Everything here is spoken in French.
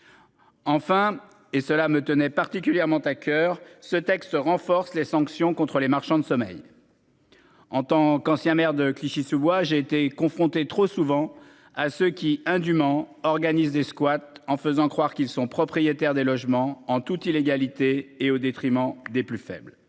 Enfin, et cela me tenait particulièrement à coeur, ce texte renforce les sanctions contre les marchands de sommeil. En tant qu'ancien maire de Clichy-sous-Bois. J'ai été confronté trop souvent à ce qui indument organise des squats en faisant croire qu'ils sont propriétaires des logements en toute illégalité et au détriment des plus faibles.